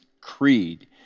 Creed